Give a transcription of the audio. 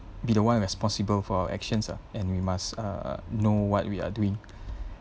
be the one responsible for our actions ah and we must err know what we are doing